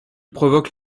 provoque